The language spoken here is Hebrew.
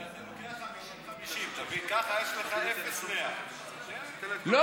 זה לוקח 50 50. תבין, ככה יש לך 0 100. לא.